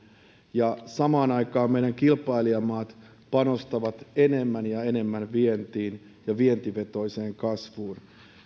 ja samaan aikaan meidän kilpailijamaat panostavat enemmän ja enemmän vientiin ja vientivetoiseen kasvuun